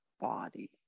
body